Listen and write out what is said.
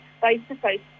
face-to-face